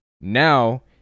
Now